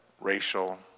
racial